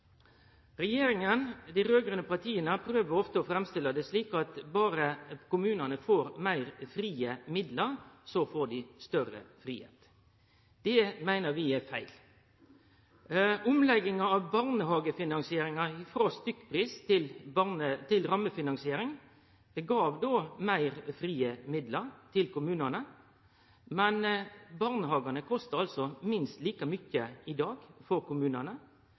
Regjeringa, dei raud-grøne partia, prøver ofte å framstille det slik at berre kommunane får meir frie midlar, så får dei større fridom. Det meiner vi er feil. Omlegginga av barnehagefinansieringa frå stykkpris til rammefinansiering gav meir frie midlar til kommunane, men barnehagane kostar minst like mykje for kommunane i dag.